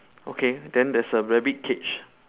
okay then there's a rabbit cage